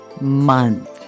month